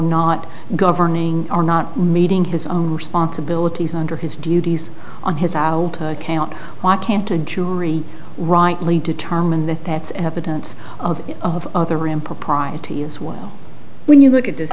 not governing are not meeting his own responsibilities under his duties on his out can't walk into a jury rightly determine that that's evidence of of other impropriety as well when you look at this